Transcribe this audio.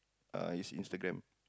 ah I see Instagram